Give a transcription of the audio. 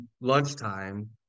lunchtime